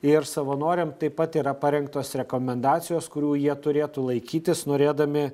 ir savanoriam taip pat yra parengtos rekomendacijos kurių jie turėtų laikytis norėdami